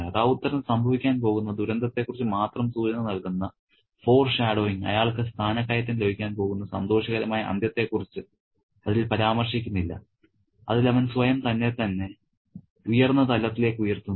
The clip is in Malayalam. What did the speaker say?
റൌത്തറിന് സംഭവിക്കാൻ പോകുന്ന ദുരന്തത്തെക്കുറിച്ച് മാത്രം സൂചന നൽകുന്ന ഫോർഷാഡോയിങ് അയാൾക്ക് സ്ഥാനക്കയറ്റം ലഭിക്കാൻ പോകുന്ന സന്തോഷകരമായ അന്ത്യത്തെക്കുറിച്ച് അതിൽ പരാമർശിക്കുന്നില്ല അതിൽ അവൻ സ്വയം തന്നെത്തന്നെ ഉയർന്ന തലത്തിലേക്ക് ഉയർത്തുന്നു